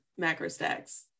MacroStacks